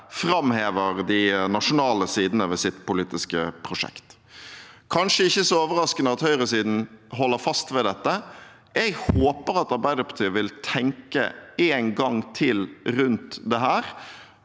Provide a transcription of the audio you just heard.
framhever de nasjonale sidene ved sitt politiske prosjekt. Det er kanskje ikke så overraskende at høyresiden holder fast ved dette. Jeg håper at Arbeiderpartiet vil tenke én gang til rundt dette